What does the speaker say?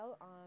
on